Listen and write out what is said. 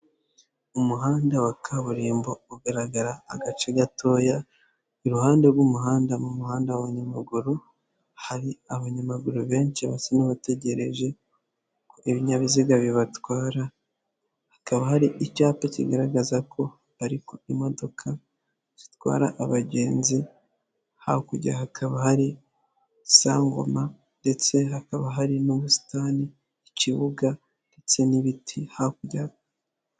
Umuhanda wa kaburimbo ugaragara agace gatoya, iruhande rw'umuhanda mu muhanda wabanyamaguru, hari abanyamaguru benshi basa n'abategereje ibinyabiziga bibatwara, hakaba hari icyapa kigaragaza ko ariko imodoka zitwara abagenzi, hakurya hakaba hari isangoma ndetse hakaba hari n'ubusitani ikibuga ndetse n'ibiti hakurya.